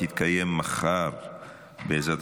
אני קובע כי הצעת חוק מחיקת רישומים